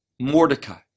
Mordecai